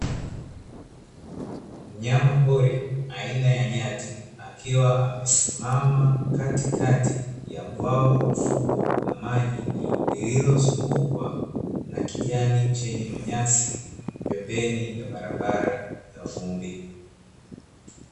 Mnyama pori aina ya nyati, akiwa amesimama katikati ya bwawa fupi la maji, lililozungukwa na kijani chenye manyasi pembeni ya barabara ya vumbi.